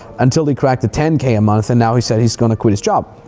until he cracked a ten k a month, and now he said he's gonna quit his job,